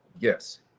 yes